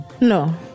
no